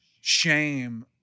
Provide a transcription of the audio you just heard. shame